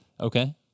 Okay